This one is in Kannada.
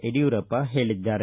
ಯಡಿಯೂರಪ್ಪ ಹೇಳಿದ್ದಾರೆ